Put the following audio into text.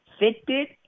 Fitbit